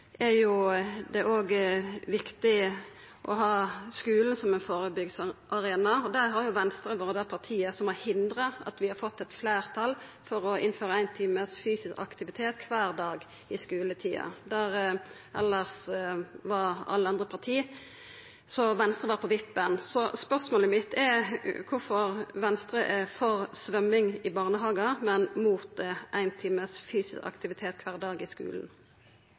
er det òg viktig å ha skulen som ein førebyggingsarena, og der har Venstre vore det partiet som har hindra at vi har fått fleirtal for å innføra ein time fysisk aktivitet kvar dag i skuletida – Venstre var på vippen. Så spørsmålet mitt er kvifor Venstre er for symjing i barnehagar, men mot 1 time fysisk aktivitet kvar dag i skulen.